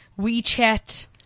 WeChat